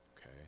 Okay